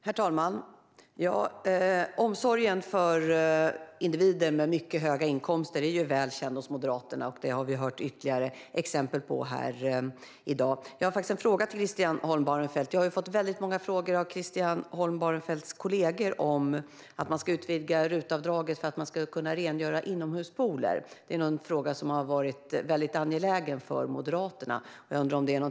Herr talman! Omsorgen om individer med mycket höga inkomster är väl känd hos Moderaterna, och det har vi hört ytterligare exempel på i dag. Jag har en fråga till Christian Holm Barenfeld. Jag har fått många frågor av hans kollegor om att utvidga RUT-avdraget så att man kan rengöra inomhuspooler. Detta har varit väldigt angeläget för Moderaterna.